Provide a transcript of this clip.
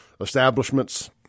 establishments